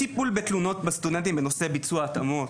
טיפול בתלונות בסטודנטים בנושא ביצוע התאמצות,